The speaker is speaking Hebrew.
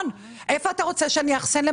איפה אתה רוצה שאני אאחסן?